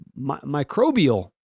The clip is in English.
microbial